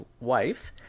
wife